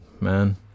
Man